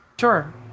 sure